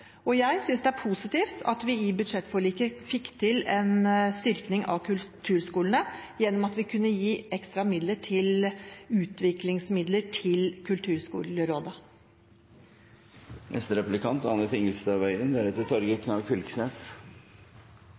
Jeg synes det er positivt at vi i budsjettforliket fikk til en styrking av kulturskolene gjennom at vi kunne gi ekstra i utviklingsmidler til